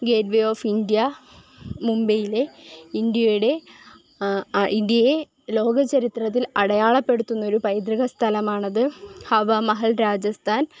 gate way of India മുംബെയിലെ ഇന്ത്യയുടെ ഇന്ത്യയെ ലോക ചരിത്രത്തിൽ അടയാളപ്പെടുത്തുന്നൊരു പൈതൃക സ്ഥലമാണത് ഹവാ മഹൽ രാജസ്ഥാൻ